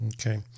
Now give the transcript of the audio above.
Okay